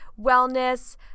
wellness